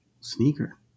sneaker